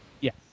Yes